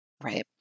right